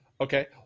Okay